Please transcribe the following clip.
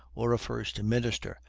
or a first minister,